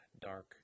dark